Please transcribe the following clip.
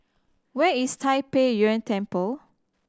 where is Tai Pei Yuen Temple